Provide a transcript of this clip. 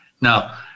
Now